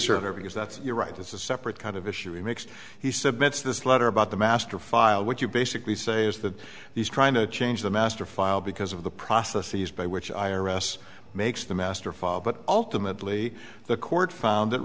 server because that's your right it's a separate kind of issue it makes he submits this letter about the master file what you basically say is that he's trying to change the master file because of the processes by which i r s makes the master file but ultimately the court found that